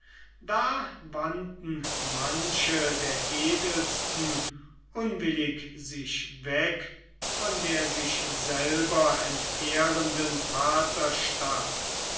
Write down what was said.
da wandten manche der edelsten unwillig sich weg von der sich selber entehrenden